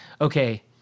okay